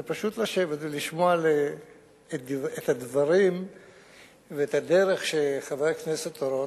זה פשוט לשבת ולשמוע את הדברים ואת הדרך שחבר הכנסת אורון,